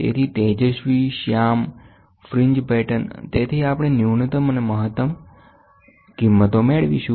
તેથી તેજસ્વી શ્યામ ફ્રિન્જ પેટર્ન તેથી આપણે ન્યૂનતમ અને અમે મહત્તમ મેળવીશું